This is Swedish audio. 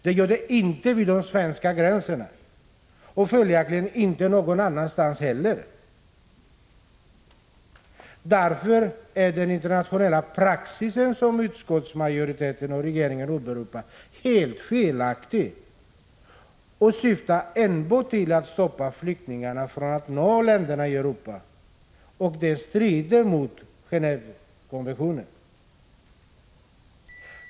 Det gör det inte vid de svenska gränserna, och följaktligen inte någon annanstans heller. Därför är utskottsmajoritetens och regeringens åberopande av internationell praxis helt felaktigt och syftar enbart till att stoppa flyktingarna från att nå länderna i Europa. Det strider mot Genéevekonventionen.